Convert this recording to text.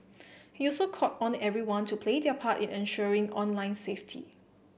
he also called on everyone to play their part in ensuring online safety